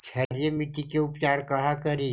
क्षारीय मिट्टी के उपचार कहा करी?